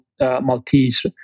Maltese